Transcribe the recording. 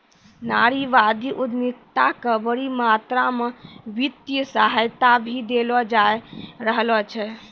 नारीवादी उद्यमिता क बड़ी मात्रा म वित्तीय सहायता भी देलो जा रहलो छै